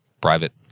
private